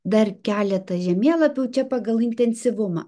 dar keletą žemėlapių čia pagal intensyvumą